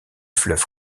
fleuve